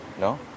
no